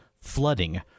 flooding